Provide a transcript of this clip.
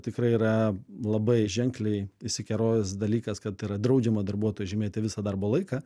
tikrai yra labai ženkliai išsikerojęs dalykas kad yra draudžiama darbuotojui žymėti visą darbo laiką